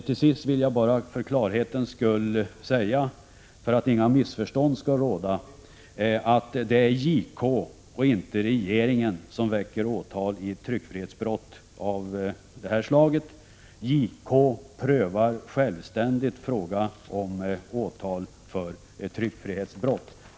Till sist vill jag för klarhetens skull säga att det är JK och inte regeringen som väcker åtal i tryckfrihetsbrott av detta slag. JK prövar självständigt frågan om åtal för tryckfrihetsbrott.